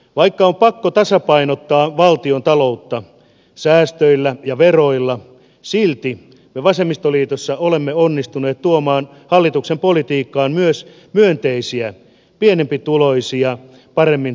vaikka on pakko tasapainottaa valtiontaloutta säästöillä ja veroilla silti me vasemmistoliitossa olemme onnistuneet tuomaan hallituksen politiikkaan myös myönteisiä pienempituloisia paremmin tukevia seikkoja